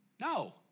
No